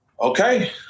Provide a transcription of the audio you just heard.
okay